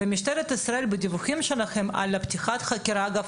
אגב,